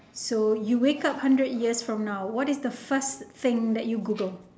so you wake up hundred years from now what is the first thing that you google